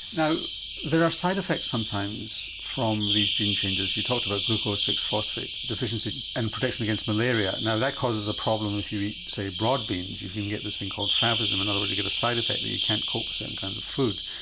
now there are side effects sometimes from these gene changes you talked about glucose six phosphate deficiency and protection against malaria. now that causes a problem if you eat say broad beans, you can get this thing called favism, in other words you get a side effect that you can't cope with certain kinds of food.